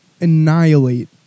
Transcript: annihilate